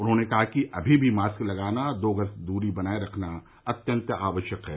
उन्होंने कहा कि अभी भी मास्क लगाना दो गज दूरी बनाए रखना अत्यन्त आवश्यक है